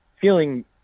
feeling